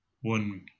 one